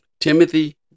Timothy